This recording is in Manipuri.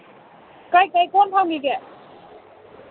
ꯀꯩꯀꯩ ꯄꯣꯠ ꯐꯪꯕꯤꯒꯦ